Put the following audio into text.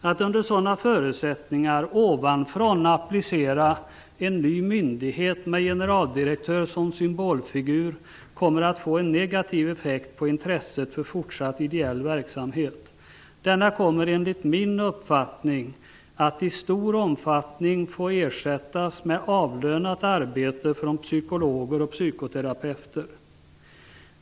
Att under sådana förutsättningar ovanifrån applicera en ny myndighet med en generaldirektör som symbolfigur kommer att få en negativ effekt på intresset för fortsatt ideell verksamhet. Denna kommer enligt min uppfattning att i stor omfattning få ersättas med avlönat arbete av psykologer och psykoterapeuter.